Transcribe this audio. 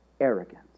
Arrogance